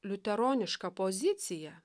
liuteronišką poziciją